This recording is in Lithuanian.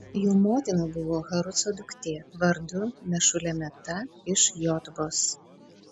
jo motina buvo haruco duktė vardu mešulemeta iš jotbos